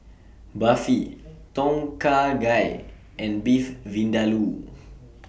Barfi Tom Kha Gai and Beef Vindaloo